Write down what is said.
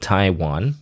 Taiwan